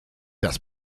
das